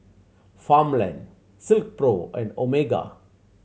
Farmland Silkpro and Omega